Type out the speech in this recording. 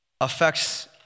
affects